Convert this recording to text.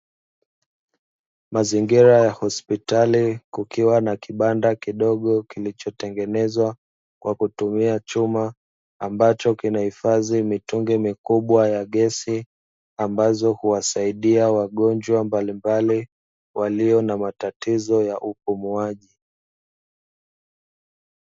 Mazingira ya hospitali kukiwa na kibanda kidogo, kilichotengenezwa kwa kutumia chuma ambacho kinahifadhi mitungi mikubwa ya gesi, ambazo huwasaidia wagonjwa mbalimbali walio na matatizo ya upumuaji.